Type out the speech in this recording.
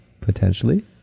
potentially